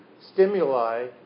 stimuli